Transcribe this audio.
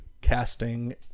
casting